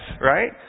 right